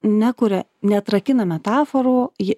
nekuria neatrakina metaforų ji